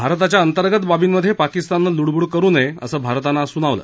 भारताच्या अंतर्गत बाबींमध्ये पाकिस्ताननं लुडबूड करू नये असं भारतानं आज सुनावलं